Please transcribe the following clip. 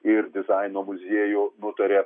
ir dizaino muziejų nutarė